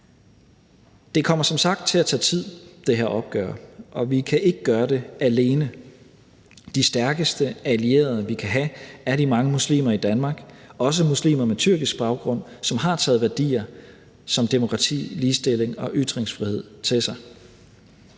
kommer som sagt til at tage tid, og vi kan ikke gøre det alene. De stærkeste allierede, vi kan have, er de mange muslimer i Danmark, også muslimer med tyrkisk baggrund, som har taget værdier som demokrati, ligestilling og ytringsfrihed til sig.